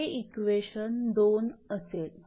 हे इक्वेशन 2 असेल